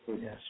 yes